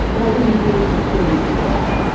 why would we do this with humans as well?